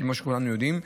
כמו שכולנו יודעים,